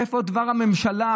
איפה דבר הממשלה?